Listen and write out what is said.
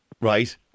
Right